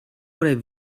oder